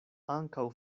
ankaŭ